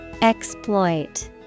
Exploit